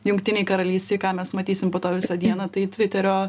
jungtinėj karalystėj ką mes matysim po to visą dieną tai tviterio